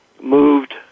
moved